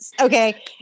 okay